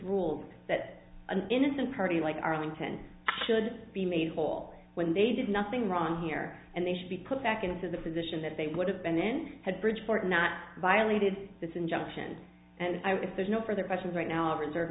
rule that an innocent party like arlington should be made whole when they did nothing wrong here and they should be put back into the position that they would have been in had bridgeport not violated this injunction and if there's no further questions right now reserve